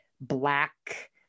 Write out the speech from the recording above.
black